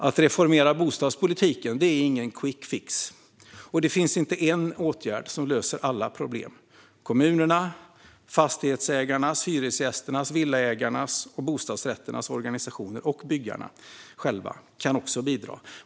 Att reformera bostadspolitiken är ingen quick fix, och det finns inte en åtgärd som löser alla problem. Kommunerna och fastighetsägarnas, hyresgästernas, villaägarnas och bostadsrätternas organisationer samt byggarna själva kan bidra.